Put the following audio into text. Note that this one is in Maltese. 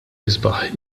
isbaħ